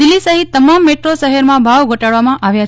દિલ્લી સહિત તમામ મેટ્રો શહેરમાં ભાવ ઘટાડવામાં આવ્યા છે